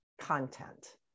content